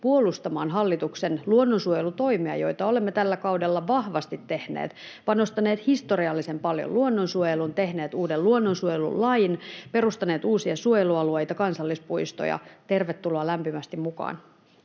puolustamaan hallituksen luonnonsuojelutoimia, joita olemme tällä kaudella vahvasti tehneet: panostaneet historiallisen paljon luonnonsuojeluun, tehneet uuden luonnonsuojelulain, perustaneet uusia suojelualueita, kansallispuistoja. Tervetuloa lämpimästi mukaan.